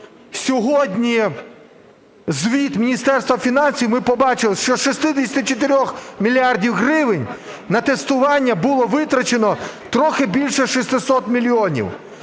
сьогодні звіт Міністерства фінансів, ми побачили, що із 64 мільярдів гривень на тестування було витрачено трохи більше 600 мільйонів.